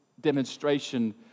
demonstration